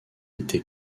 était